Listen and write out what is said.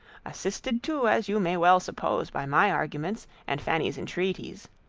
assisted too as you may well suppose by my arguments, and fanny's entreaties,